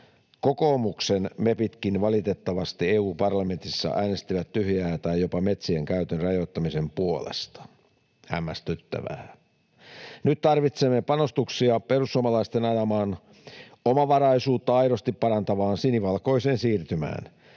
Kokoomuksen mepitkin valitettavasti EU-parlamentissa äänestävät tyhjää tai jopa metsien käytön rajoittamisen puolesta — hämmästyttävää. Nyt tarvitsemme panostuksia perussuomalaisten ajamaan, omavaraisuutta aidosti parantavaan sinivalkoiseen siirtymään.